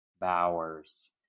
Bowers